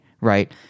right